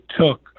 took